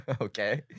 Okay